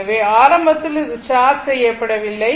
எனவே ஆரம்பத்தில் அது சார்ஜ் செய்யப்படவில்லை